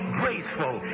graceful